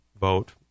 vote